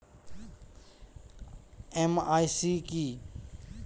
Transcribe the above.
MIS কি?